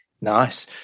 Nice